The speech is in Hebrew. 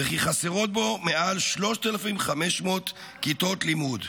וכי חסרות בה מעל 3,500 כיתות לימוד.